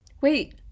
Wait